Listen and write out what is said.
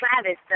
Travis